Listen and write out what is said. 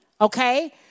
okay